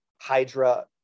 Hydra